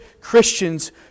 Christians